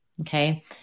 okay